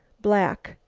black,